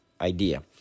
idea